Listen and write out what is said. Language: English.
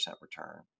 return